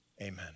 amen